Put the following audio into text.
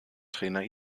trainer